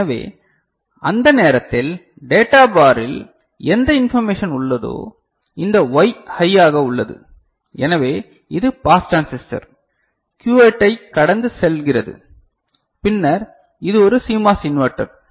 எனவே அந்த நேரத்தில் டேட்டா பாரில் எந்த இன்பர்மேஷன் உள்ளதோ இந்த Y ஹையாக உள்ளது எனவே இது பாஸ் டிரான்சிஸ்டர் Q8 ஐ கடந்து செல்வகிறது பின்னர் இது ஒரு CMOS இன்வெர்ட்டர்